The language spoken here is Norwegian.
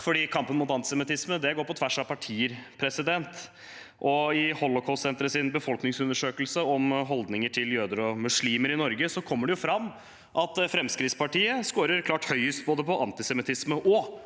kampen mot antisemittisme går på tvers av partier. I Holocaustsenterets befolkningsundersøkelse om holdninger til jøder og muslimer i Norge kommer det fram at Fremskrittspartiet skårer klart høyest både på antisemittisme og